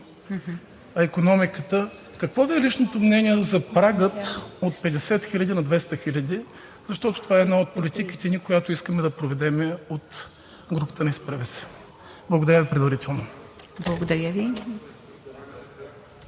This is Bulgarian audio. на икономиката: какво е личното Ви мнение за прага от 50 000 на 200 000, защото това е една от политиките ни, която искаме да проведем от групата на „Изправи се!“. Благодаря Ви предварително. ПРЕДСЕДАТЕЛ